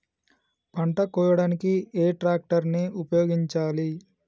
పంట కోయడానికి ఏ ట్రాక్టర్ ని ఉపయోగించాలి?